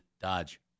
Dodge